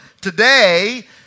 today